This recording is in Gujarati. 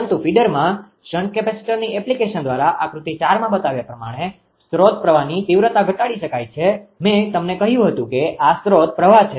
પરંતુ ફીડરમાં શન્ટ કેપેસિટરની એપ્લિકેશન દ્વારા આકૃતિ 4 માં બતાવ્યા પ્રમાણે સ્રોત પ્રવાહની તીવ્રતા ઘટાડી શકાય છે મેં તમને કહ્યું હતું કે આ સ્રોત પ્રવાહ છે